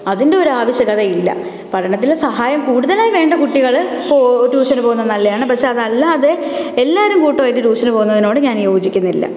അതിൻ്റെ ഒരു ആവശ്യകത ഇല്ല പഠനത്തിൽ സഹായം കൂടുതലായി വേണ്ട കുട്ടികൾ ഇപ്പോൾ ട്യൂഷനു പോകുന്ന നല്ലതാണ് പക്ഷെ അതല്ലാതെ എല്ലാവരും കൂട്ടമായിട്ട് ട്യൂഷനു പോകുന്നതിനോട് ഞാൻ യോജിക്കുന്നില്ല